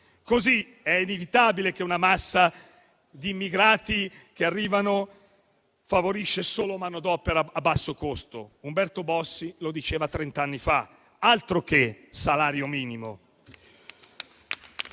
così è inevitabile che una massa di immigrati che arrivano favorisca solo manodopera a basso costo. Umberto Bossi lo diceva trent'anni fa, altro che salario minimo.